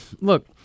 Look